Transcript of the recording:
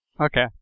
Okay